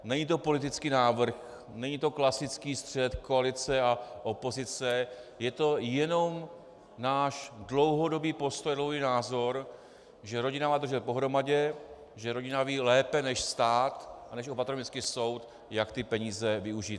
Není to politický návrh, není to klasický střet koalice a opozice, je to jenom náš dlouhodobý postoj a dlouhodobý názor, že rodina má držet pohromadě, že rodina ví lépe než stát a než opatrovnický soud, jak ty peníze využít.